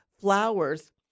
flowers